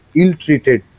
ill-treated